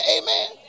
Amen